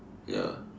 ya